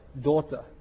daughter